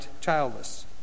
childless